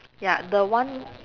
ya the one